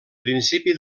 principi